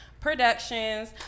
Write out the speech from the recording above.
Productions